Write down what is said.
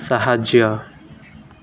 ସାହାଯ୍ୟ